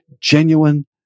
genuine